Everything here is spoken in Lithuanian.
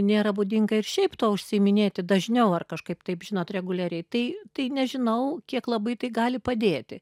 nėra būdinga ir šiaip tuo užsiiminėti dažniau ar kažkaip taip žinot reguliariai tai tai nežinau kiek labai tai gali padėti